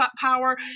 power